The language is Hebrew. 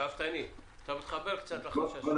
אני